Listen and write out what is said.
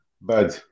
bad